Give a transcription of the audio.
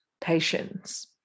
patience